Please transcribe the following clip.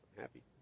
happy